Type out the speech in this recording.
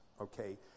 okay